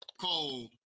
cold